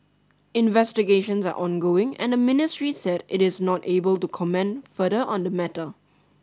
investigations are ongoing and the ministry said it is not able to comment further on the matter